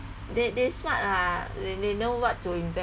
they they smart ah they they know what to invest